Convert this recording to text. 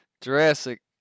Jurassic